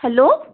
hello